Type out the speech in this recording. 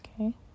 Okay